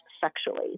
sexually